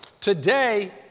Today